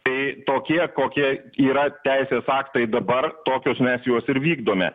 tai tokie kokie yra teisės aktai dabar tokius mes juos ir vykdome